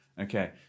Okay